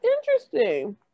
interesting